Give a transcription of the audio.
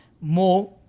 more